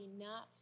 enough